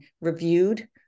reviewed